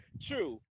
true